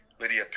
Lydia